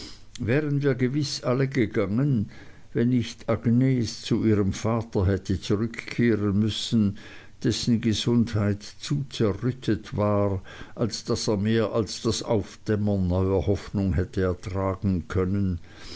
wären wir gewiß alle gegangen wenn nicht agnes zu ihrem vater hätte zurückkehren müssen dessen gesundheit zu zerrüttet war als daß er mehr als das aufdämmern neuer hoffnung hätte ertragen können